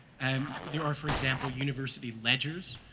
and there are, for example, university ledgers.